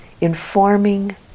informing